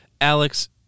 Alex